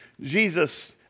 Jesus